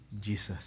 Jesus